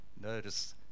Notice